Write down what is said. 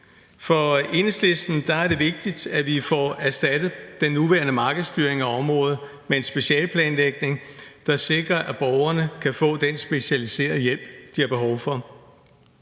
For Enhedslisten er det vigtigt, at vi får erstattet den nuværende markedsstyring af området med en specialplanlægning, der sikrer, at borgerne kan få den specialiserede hjælp, de har behov for.